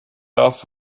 off